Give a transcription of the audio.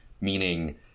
Meaning